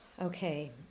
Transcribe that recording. Okay